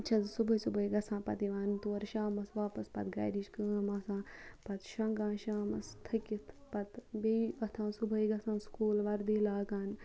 چھَس بہٕ صُبحٲے صُبحٲے گَژھان پَتہٕ یِوان تورٕ شامَس واپَس پَتہٕ گَرِچ کٲم آسان پَتہِ شۄنٛگان شامَس تھٔکِتھ پَتہٕ بیٚیہِ وۄتھان صُبحٲے گَژھان سکوٗل وَردی لاگان